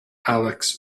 alex